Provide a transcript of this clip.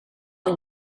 not